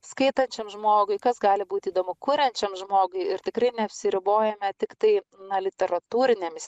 skaitančiam žmogui kas gali būti įdomu kuriančiam žmogui ir tikrai neapsiribojame tiktai na literatūrinėmis